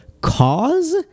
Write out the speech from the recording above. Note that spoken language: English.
cause